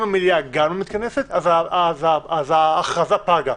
אם המליאה גם לא מתכנסת אז ההכרזה פגה.